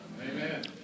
Amen